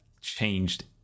changed